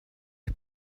est